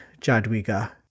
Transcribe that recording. Jadwiga